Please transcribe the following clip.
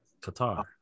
Qatar